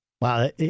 Wow